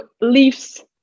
leaves